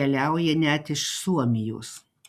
keliauja net iš suomijos